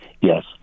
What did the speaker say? Yes